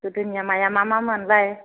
गोदोनिया माइया मा मा मोनलाय